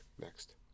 next